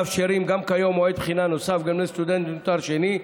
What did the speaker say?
מאפשרים גם כיום מועד בחינה נוסף גם לסטודנטים לתואר שני.